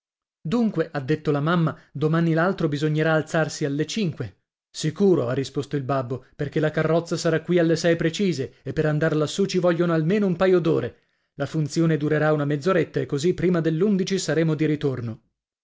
dunque ha detto la mamma domani l'altro bisognerà alzarsi alle cinque sicuro ha risposto il babbo perché la carrozza sarà qui alle sei precise e per andar lassù ci vogliono almeno un paio d'ore la funzione durerà una mezz'oretta e così prima dell'undici saremo di ritorno